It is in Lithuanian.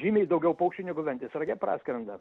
žymiai daugiau paukščiai negu ventės rage praskrenda